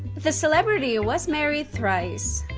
the celebrity was married thrice.